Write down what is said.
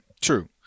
True